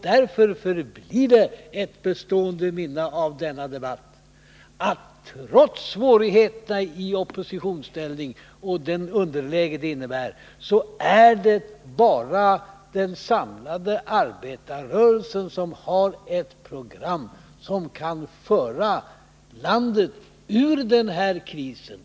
Därför förblir ett bestående minne av denna debatt, att trots svårigheterna i oppositionsställning och det underläge som det innebär, så är det bara den samlade arbetarrörelsen som har ett program som kan föra landet ut ur den här krisen.